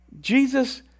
Jesus